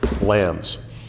lambs